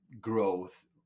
growth